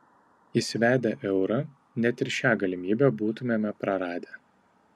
įsivedę eurą net ir šią galimybę būtumėme praradę